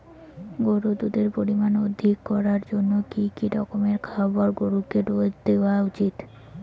গরুর দুধের পরিমান অধিক করার জন্য কি কি রকমের খাবার গরুকে রোজ দেওয়া উচিৎ?